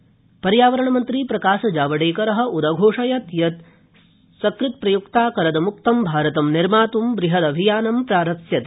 जावडेकर पर्यावरणमन्त्री प्रकाशजावडेकर उदघोषयत् यत् सकृत्प्रयुक्ताकरदमुक्तं भारतं निर्मातुं बृहदभियानं प्रारप्स्यते